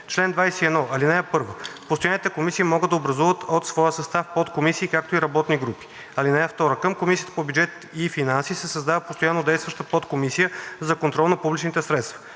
„Чл. 21. (1) Постоянните комисии могат да образуват от своя състав подкомисии, както и работни групи. (2) Към Комисията по бюджет и финанси се създава постоянно действаща подкомисия за контрол на публичните средства.